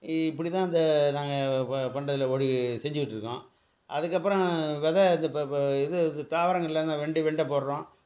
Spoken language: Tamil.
இப்படி தான் அந்த நாங்கள் ப பண்ணுறதுல ஒடி செஞ்சுக்கிட்டுருக்கோம் அதுக்கப்புறம் வெதை அந்த இது தாவரங்களில் அந்த வெண்டி வெண்டை போடுறோம்